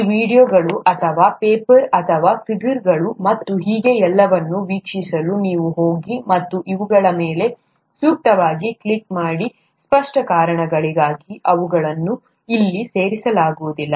ಈ ವೀಡಿಯೋಗಳು ಅಥವಾ ಪೇಪರ್ಗಳು ಅಥವಾ ಫಿಗರ್ಗಳು ಮತ್ತು ಹೀಗೆ ಎಲ್ಲವನ್ನೂ ವೀಕ್ಷಿಸಲು ನೀವು ಹೋಗಿ ಮತ್ತು ಇವುಗಳ ಮೇಲೆ ಸೂಕ್ತವಾಗಿ ಕ್ಲಿಕ್ ಮಾಡಿ ಸ್ಪಷ್ಟ ಕಾರಣಗಳಿಗಾಗಿ ಅವುಗಳನ್ನು ಇಲ್ಲಿ ಸೇರಿಸಲಾಗುವುದಿಲ್ಲ